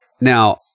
now